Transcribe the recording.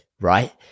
right